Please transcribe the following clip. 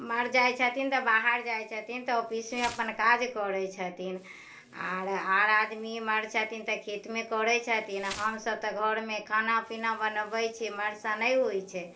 मर्द जाइ छथिन तऽ बाहर जाइ छथिन तऽ ऑफिसमे अपन काज करै छथिन आर आर आदमी इमहर छथिन तऽ खेतमे करै छथिन हमसभ तऽ घरमे खाना पीना बनबै छियै मर्दसँ नहि होइ छै